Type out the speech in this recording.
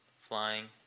flying